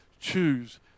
choose